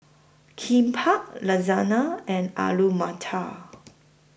Kimbap Lasagna and Alu Matar